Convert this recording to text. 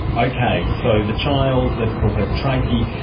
okay, so the child, let's call her tracey,